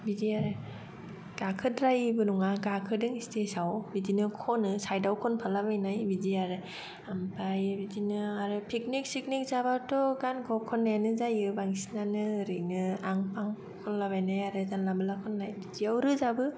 बिदि आरो गाखोद्रायैबो नंगा गाखोदों स्टेजाव बिदिनो खनो साइडाव खनफालाबायनाय बिदि आरो आमफ्राय बिदिनो आरो पिकनिक सिगनिक जाबाथ' गानखौ खननायानो जायो बांसिनानो ओरैनो आं आं होनलाबायनाय आरो जानला मोनला खननाय बिदियाव रोजाबो